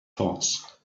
thoughts